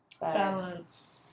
Balance